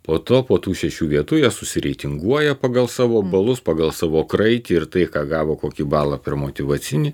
po to po tų šešių vietų jie susireitinguoja pagal savo balus pagal savo kraitį ir tai ką gavo kokį balą per motyvacinį